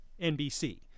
NBC